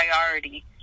priority